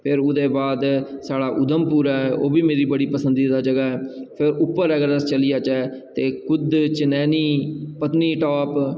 फिर ओह्दे बाद साढ़ा उधमपुर ऐ ओह् बी मेरी बड़ी पसंदिदा जगह् ऐ फिर उप्पर अगर अस चली जाह्चै ते कुद्ध चनैनी पत्नीटाप